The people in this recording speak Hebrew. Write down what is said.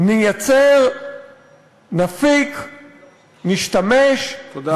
נייצר, נפיק, נשתמש, תודה.